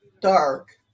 dark